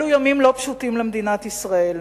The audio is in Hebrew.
אלו ימים לא פשוטים למדינת ישראל,